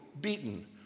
beaten